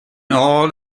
all